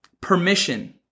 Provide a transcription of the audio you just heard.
permission